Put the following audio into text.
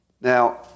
Now